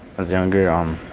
as younger um,